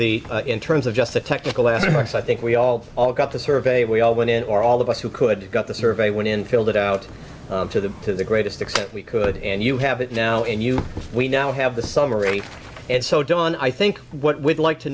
the in terms of just the technical aspects i think we all all got the survey we all went in or all of us who could got the survey when filled it out to the to the greatest extent we could and you have it now and you we now have the summary and so don i think what would like to